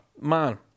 man